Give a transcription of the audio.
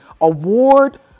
award